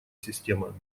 система